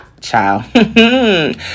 child